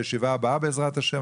בישיבה הבאה בעזרת השם,